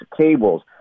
cables